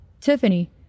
Tiffany